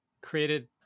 created